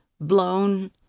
blown